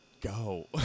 go